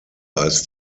als